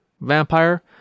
vampire